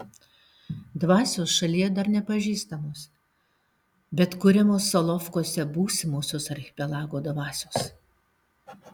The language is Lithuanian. dvasios šalyje dar nepažįstamos bet kuriamos solovkuose būsimosios archipelago dvasios